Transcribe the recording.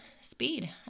speed